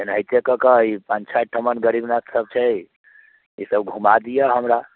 एनाहिते कऽ के ई पाँच छओ ठिमा गरीबनाथ सब छै ई सब घूमा दिअ हमरा